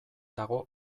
dago